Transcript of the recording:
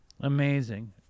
Amazing